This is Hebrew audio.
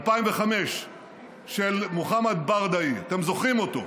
ב-2005 של מוחמד ברדעי, אתם זוכרים אותו,